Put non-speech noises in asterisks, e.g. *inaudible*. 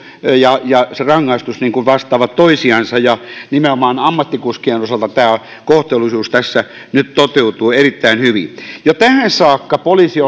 ja ja rangaistus vastaavat toisiansa nimenomaan ammattikuskien osalta kohtuullisuus tässä nyt toteutuu erittäin hyvin jo tähän saakka poliisi *unintelligible*